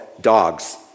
dogs